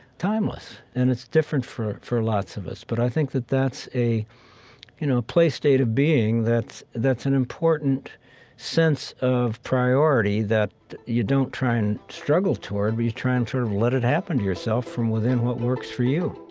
timeless. and it's different for, for lots of us but i think that that's a, you know, a play state of being that's that's an important sense of priority that you don't try and struggle toward, but you try and sort of let it happen to yourself from within what works for you